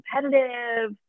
competitive